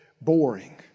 boring